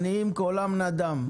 העניים, קולם נדם.